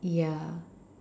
yeah